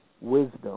wisdom